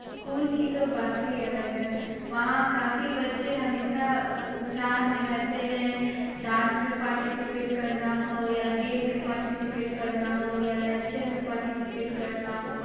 school की तो बात ही अलग है वहाँ काफ़ी बच्चे हमेशा उत्साह में रहते हैं डांस में पार्टिसिपेट करना हो या गेम में पार्टिसिपेट करना हो या लैक्चर में पार्टिसिपेट करना हो